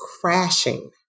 crashing